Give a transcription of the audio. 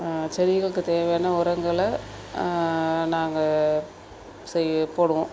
செடிங்களுக்குத் தேவையான உரங்களை நாங்கள் செய் போடுவோம்